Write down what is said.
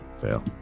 Fail